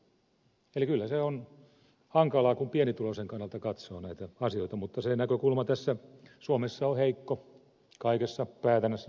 eli kyllä se on hankalaa kun pienituloisen kannalta katsoo näitä asioita mutta se näkökulma suomessa on heikko kaikessa päätännässä nykyään